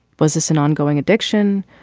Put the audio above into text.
was this an ongoing addiction?